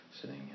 Sitting